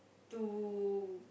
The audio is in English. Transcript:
to